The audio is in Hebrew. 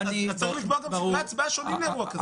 אז צריך לקבוע גם סדרי הצבעה שונים לאירוע כזה.